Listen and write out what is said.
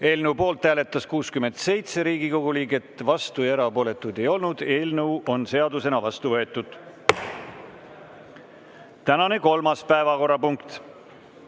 Eelnõu poolt hääletas 67 Riigikogu liiget, vastuolijaid ega erapooletuid ei olnud. Eelnõu on seadusena vastu võetud. Tänane kolmas päevakorrapunkt: